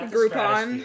Groupon